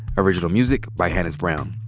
original music by hannis brown.